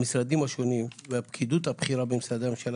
המשרדים השונים והפקידות הבכירה במשרדי הממשלה